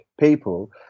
people